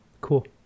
Cool